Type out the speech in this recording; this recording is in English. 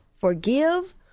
forgive